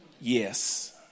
yes